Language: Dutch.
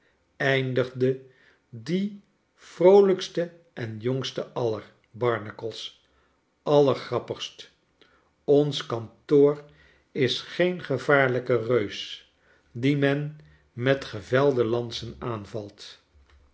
eindigde die vroolijkste en jongste aller barnacles ailergrappigst ons kantoor is geen gevaarlijke reus dien men met gevelde lansen aanvalt